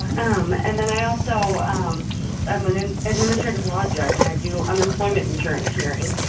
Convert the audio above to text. um and then i also um i'm an an administrative law judge. and i do unemployment insurance hearings,